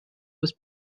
was